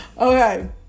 Okay